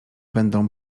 będą